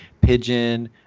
pigeon